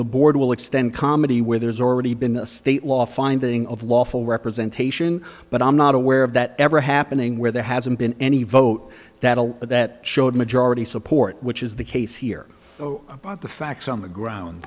the board will extend comedy where there's already been a state law finding of lawful representation but i'm not aware of that ever happening where there hasn't been any vote that all of that showed majority support which is the case here about the facts on the ground